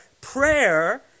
Prayer